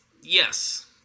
Yes